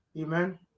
Amen